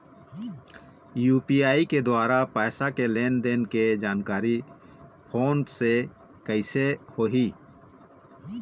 UPI के द्वारा पैसा के लेन देन के जानकारी फोन से कइसे होही?